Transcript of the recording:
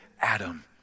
Adam